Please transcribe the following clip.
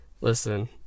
Listen